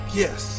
yes